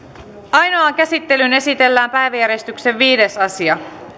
ainoaan käsittelyyn esitellään päiväjärjestyksen viides asia